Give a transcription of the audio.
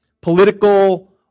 political